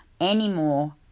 anymore